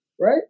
right